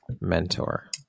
mentor